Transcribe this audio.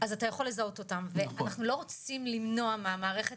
אז אתה יכול לזהות אותם ואנחנו לא רוצים למנוע מהמערכת